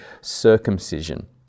circumcision